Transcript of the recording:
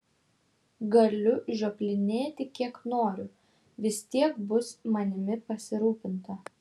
galiu žioplinėti kiek noriu vis tiek bus manimi pasirūpinta